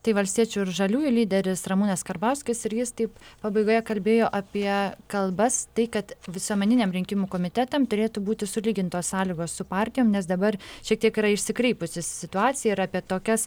tai valstiečių ir žaliųjų lyderis ramūnas karbauskis ir jis taip pabaigoje kalbėjo apie kalbas tai kad visuomeniniam rinkimų komitetam turėtų būti sulygintos sąlygos su partijom nes dabar šiek tiek yra išsikreipusi situacija ir apie tokias